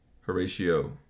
Horatio